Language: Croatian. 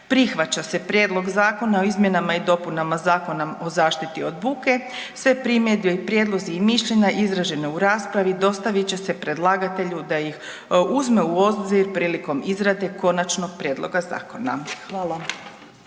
„Prihvaća se Prijedlog zakona o izmjenama i dopunama Zakona o zaštiti od buke. Sve primjedbe, prijedlozi i mišljenja izražena u raspravi dostavit će se predlagatelju da ih uzme u obzir prilikom izrade Konačnog prijedloga Zakona.“. Hvala.